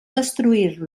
destruir